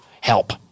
Help